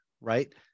right